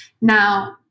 Now